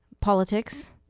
politics